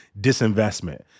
disinvestment